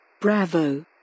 Bravo